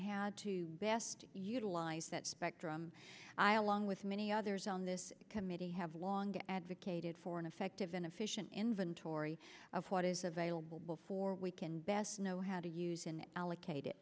had to best utilize that i along with many others on this committee have long advocated for an effective and efficient inventory of what is available before we can best know how to use and allocate